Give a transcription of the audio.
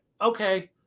Okay